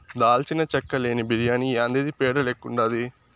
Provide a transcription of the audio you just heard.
దాల్చిన చెక్క లేని బిర్యాని యాందిది పేడ లెక్కుండాది